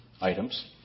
items